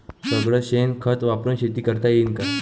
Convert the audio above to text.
सगळं शेन खत वापरुन शेती करता येईन का?